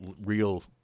real